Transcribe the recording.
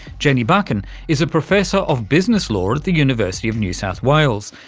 jenny buchan is a professor of business law at at the university of new south wales.